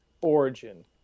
origin